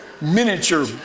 miniature